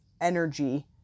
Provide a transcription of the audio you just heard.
energy